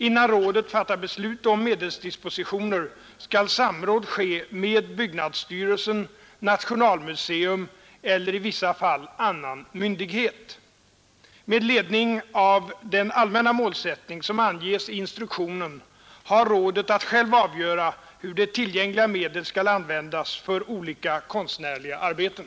Innan rådet fattar beslut om medelsdispositioner skall samråd ske med byggnadsstyrelsen, nationalmuseum eller i vissa fall annan myndighet. Med ledning av den allmänna målsättning som anges i instruktionen har rådet att själv avgöra hur de tillgängliga medlen skall användas för olika konstnärliga arbeten.